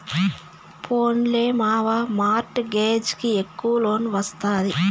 పోన్లే మావా, mortgage కి ఎక్కవ లోన్ ఒస్తాది